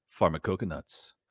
pharmacoconuts